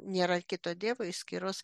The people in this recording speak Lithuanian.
nėra kito dievo išskyrus